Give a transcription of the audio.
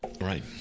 right